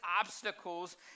obstacles